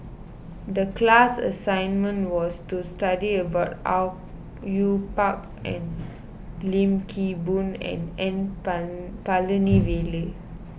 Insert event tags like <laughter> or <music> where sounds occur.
the class assignment was to study about Au Yue Pak and Lim Kim Boon and N <unintelligible> Palanivelu